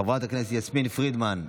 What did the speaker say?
חברת הכנסת יסמין פרידמן,